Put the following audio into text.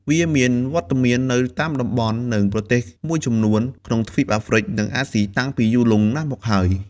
វាមានវត្តមាននៅតាមតំបន់និងប្រទេសមួយចំនួនក្នុងទ្វីបអាហ្រ្វិកនិងអាស៊ីតាំងពីយូរលង់ណាស់មកហើយ។